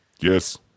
Yes